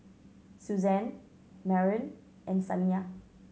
Suzan Maren and Saniya